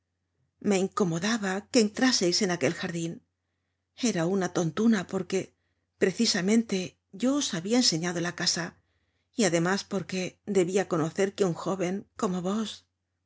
me incomodaba que entráseis en aquel jardin era un tontuna porque precisamente yo os habia enseñado la casa y además porque debia conocer que un jóven como vos